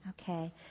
Okay